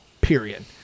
Period